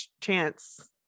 chance